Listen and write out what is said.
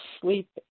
sleep